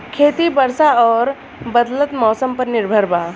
खेती वर्षा और बदलत मौसम पर निर्भर बा